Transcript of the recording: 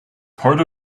part